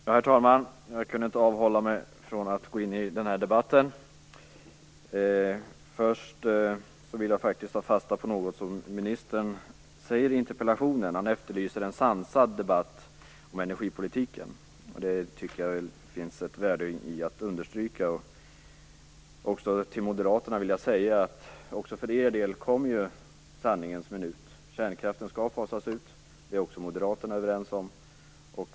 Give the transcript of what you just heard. Herr talman! Jag kunde inte avhålla mig från att gå in i den här debatten. Först vill jag ta fasta på något som ministern säger i interpellationssvaret. Han efterlyser en sansad debatt om energipolitiken, och det tycker jag att det finns ett värde i att understryka. Till Moderaterna vill jag säga att också för er del kommer ju sanningens minut. Kärnkraften skall fasas ut; det är också Moderaterna överens om.